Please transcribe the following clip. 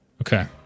Okay